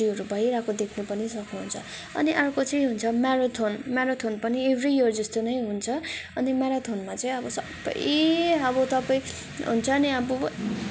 त्योहरू भइरहेको देख्न पनि सक्नुहुन्छ अनि अर्को चाहिँ हुन्छ म्यारथन म्याराथन पनि एभ्री यर जस्तो नै हुन्छ अनि म्यारथनमा चाहिँ अब सबै अब तपाईँ हुन्छ नि अब